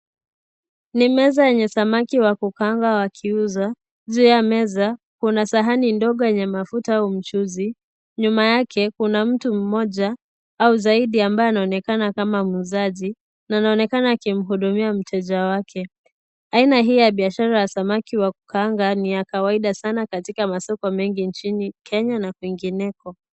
Ni meza yenye samaki wa kukaangwa wakiuzwa, juu ya meza kuna sahani ndogo yenye mafuta au mchuzi. Nyuma yake kuna mtu mmoja au zaidi ambaye anaonekana kama muuzaji na anaonekana akimuhudumia mteja wake. Aina hii ya biashara wa samaki wa kukaanga ni ya kawaida sana katika masoko mengi nchini Kenya na kwingineko.